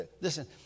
Listen